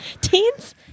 Teens